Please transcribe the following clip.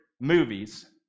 movies